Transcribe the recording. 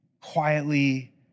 quietly